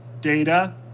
data